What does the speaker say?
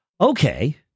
okay